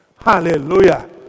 Hallelujah